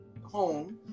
home